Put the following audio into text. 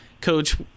Coach